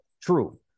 True